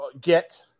get